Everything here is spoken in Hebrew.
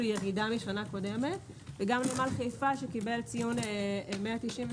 ירידה משנה קודמת וגם נמל חיפה שקיבל ציון 196,